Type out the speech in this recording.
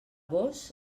gos